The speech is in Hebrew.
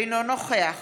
אינו נוכח